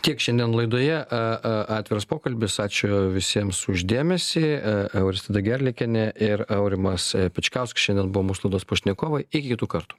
tiek šiandien laidoje e e atviras pokalbis ačiū visiems už dėmesį e euristida gerliakienė ir aurimas pečkauskas šiandien buvo mūsų laidos pašnekovai iki kitų kartų